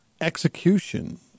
execution